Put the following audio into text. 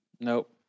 Nope